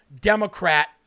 Democrat